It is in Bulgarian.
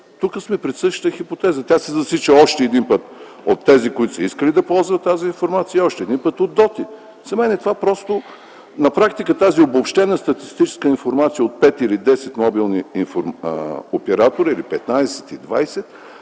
Тук сме пред същата хипотеза. Тя се засича още един път от тези, които са искали да ползват тази информация, и още един път – от ДОТИ. За мен, на практика, тази обобщена информация от 5 или 10 мобилни оператора, или 15, или 20